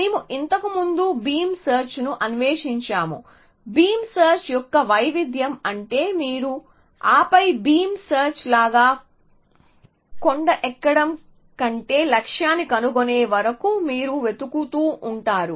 మేము ఇంతకు ముందు బీమ్ సెర్చ్ ను అన్వేషించాము బీమ్ సెర్చ్ యొక్క వైవిధ్యం అంటే మీరు ఆపే బీమ్ సెర్చ్ లాగా కొండ ఎక్కడం కంటే లక్ష్యాన్ని కనుగొనే వరకు మీరు వెతుకుతూ ఉంటారు